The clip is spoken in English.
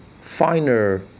finer